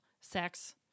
sex